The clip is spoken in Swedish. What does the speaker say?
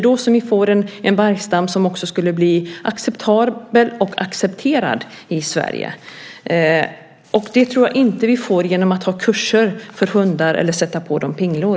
Då får man en acceptabel och accepterad vargstam i Sverige. Det får vi inte med hjälp av kurser för hundar eller genom att sätta på dem pinglor.